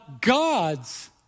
God's